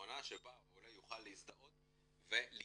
מכונה שבה העולה יוכל להזדהות ולהתייצב.